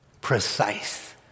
precise